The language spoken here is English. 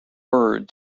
bird